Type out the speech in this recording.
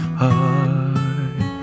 heart